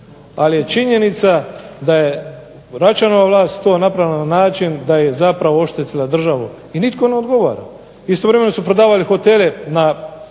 Ali je činjenica da je Račanova vlast to napravila na način da je zapravo oštetila državu i nitko ne odgovara. Istovremeno su prodavali hotele na